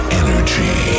energy